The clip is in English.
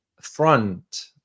front